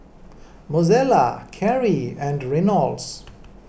Mozella Carie and Reynolds